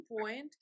point